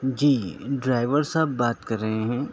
جی driver صاحب بات کر رہے ہیں